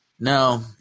No